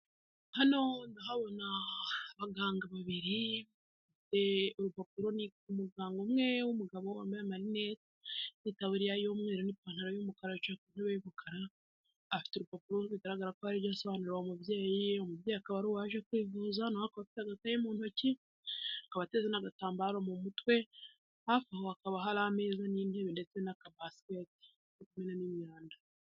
Hano ndahabona abanga babiri, urupapuro n'ika umuganga umwe w'umugabo wambaye amarinete, itaburiya y'umweru, ipantaro y'umukara, yicaye ku ntebe y'umukara, afite urupapuro bigaragara ko hari ibyo asobanurira umubyeyi, uwo mubyeyi akaba ari uwaje kwivuza nawe akaba afite agakaye mu ntoki akaba ateze n'agatambaro mu mutwe. Hafi aho hakaba hari ameza n'intebe ndetse n'aka basket ko kumenamo imyanda.